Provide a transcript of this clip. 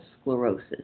sclerosis